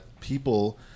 people